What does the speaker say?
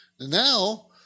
now